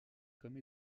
comme